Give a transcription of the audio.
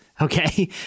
okay